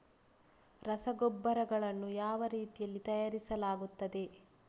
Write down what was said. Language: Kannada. ರಸಗೊಬ್ಬರಗಳನ್ನು ಯಾವ ರೀತಿಯಲ್ಲಿ ತಯಾರಿಸಲಾಗುತ್ತದೆ?